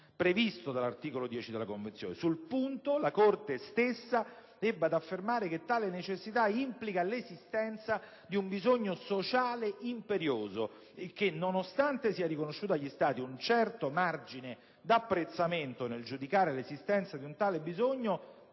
secondo paragrafo, della Convenzione. Sul punto, la Corte stessa ebbe ad affermare che tale necessità implica l'esistenza di un «bisogno sociale imperioso» e che, nonostante sia riconosciuto agli Stati un certo margine d'apprezzamento nel giudicare l'esistenza di un tale bisogno,